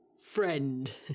friend